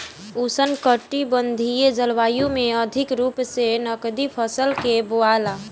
उष्णकटिबंधीय जलवायु में अधिका रूप से नकदी फसल के बोआला